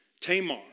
Tamar